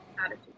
attitude